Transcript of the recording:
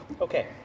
Okay